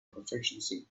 proficiency